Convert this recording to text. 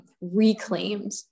reclaimed